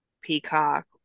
peacock